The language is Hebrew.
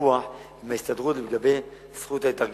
ויכוח עם ההסתדרות לגבי זכות ההתארגנות.